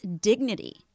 dignity